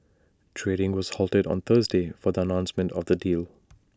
trading was halted on Thursday for the announcement of the deal